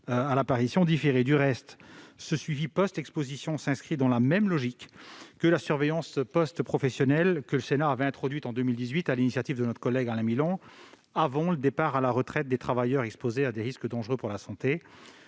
pathologies différées. Du reste, ce suivi post-exposition s'inscrit dans la même logique que la surveillance post-professionnelle, introduite par le Sénat en 2018 sur l'initiative de notre collègue Alain Milon, qui intervient avant le départ à la retraite des travailleurs exposés à des risques dangereux pour la santé.